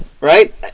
Right